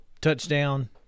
touchdown